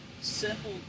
simple